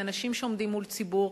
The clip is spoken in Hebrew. כאנשים שעומדים מול ציבור,